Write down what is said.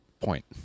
point